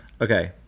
Okay